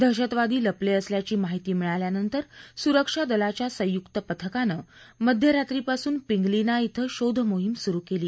दहशतवादी लपले असल्याची माहिती मिळाल्यानंतर सुरक्षा दलाच्या संयुक्त पथकानं मध्यरात्रीपासून पिंगलीना इथं शोधमोहीम सुरु केली